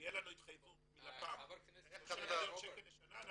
אם תהיה לנו התחייבות מלפ"מ על שלושה מיליון שקל לשנה,